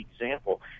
example